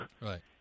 Right